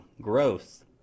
growth